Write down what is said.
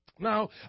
Now